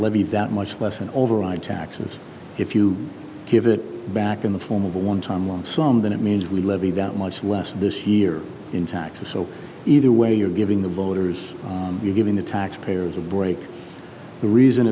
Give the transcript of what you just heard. levy that much less an override taxes if you give it back in the form of a one time one some that it means we levy that much less this year in taxes so either way you're giving the voters you're giving the taxpayers a break the reason